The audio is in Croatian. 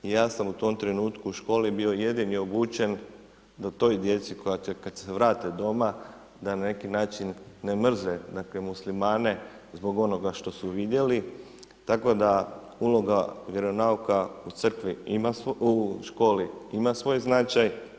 Ja sam u tom trenutku u školi bio jedini obučen da toj djeci, kada se vrate doma, da na neki način ne mrze muslimane zbog onoga što su vidjeli, tako da uloga vjeronauka, u školi ima svoj značaj.